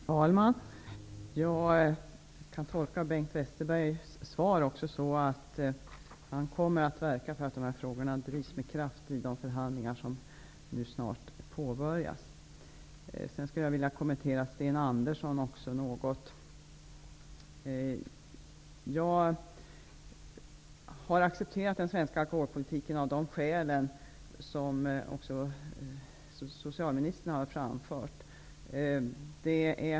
Herr talman! Jag kan tolka Bengt Westerbergs svar så att han kommer att verka för att dessa frågor drivs med kraft i de förhandlingar som snart påbörjas. Jag vill också något kommentera Sten Anderssons i Malmö inlägg. Jag har accepterat den svenska alkoholpolitiken av de skäl som också socialministern har anfört.